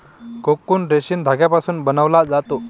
cocoon रेशीम धाग्यापासून बनवला जातो